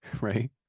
right